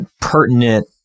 pertinent